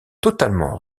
totalement